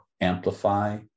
amplify